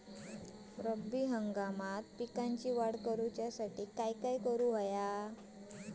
रब्बी हंगामात पिकांची वाढ करूसाठी काय करून हव्या?